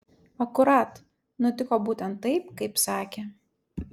akurat nutiko būtent taip kaip sakė